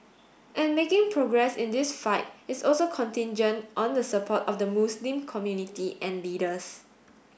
and making progress in this fight is also contingent on the support of the Muslim community and leaders